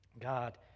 God